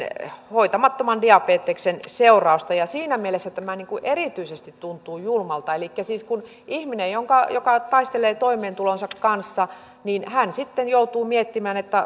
hoitamattoman diabeteksen seurausta siinä mielessä tämä erityisesti tuntuu julmalta elikkä siis ihminen joka taistelee toimeentulonsa kanssa sitten joutuu miettimään